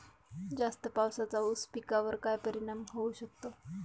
जास्त पावसाचा ऊस पिकावर काय परिणाम होऊ शकतो?